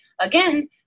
again